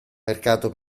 mercato